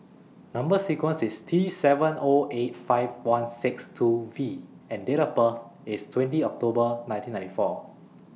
Number sequence IS T seven O eight five one six two V and Date of birth IS twenty October nineteen ninety four